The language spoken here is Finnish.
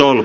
oulu